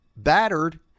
battered